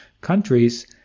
countries